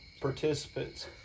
participants